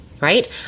right